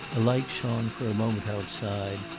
a light shone for a moment outside.